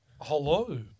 hello